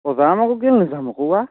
অঁ যাম আকৌ কেলৈ নেযাম আকৌ ওৱা